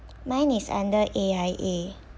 mine is under A_I_A